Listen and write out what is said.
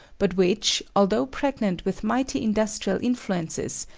but which, although pregnant with mighty industrial influences,